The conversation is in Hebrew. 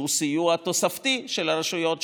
שהוא סיוע תוספתי לרשויות,